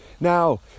Now